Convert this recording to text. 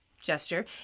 gesture